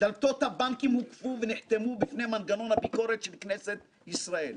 דלתות הבנקים הוגפו ונחתמו בפני מנגנון הביקורת של כנסת ישראל.